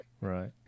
Right